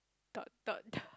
dot dot dot